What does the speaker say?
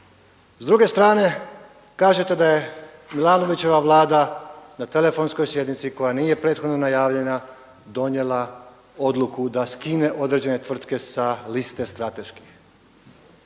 S druge strane kažete da je Milanovićeva vlada na telefonskoj sjednici koja nije prethodno najavljena donijela odluku da skine određene tvrtke sa liste strateških